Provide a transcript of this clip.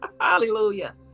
Hallelujah